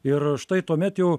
ir štai tuomet jau